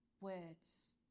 words